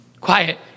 quiet